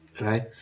Right